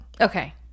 Okay